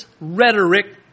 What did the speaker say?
rhetoric